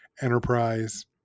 Enterprise